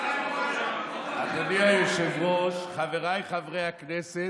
אדוני היושב-ראש, חבריי חברי הכנסת,